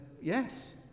yes